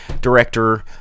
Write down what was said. director